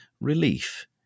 relief